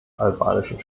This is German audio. albanischen